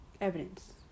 evidence